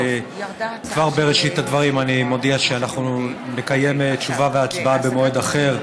כבר בראשית הדברים אני מודיע שנקיים תשובה והצבעה במועד אחר,